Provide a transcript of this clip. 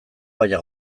baina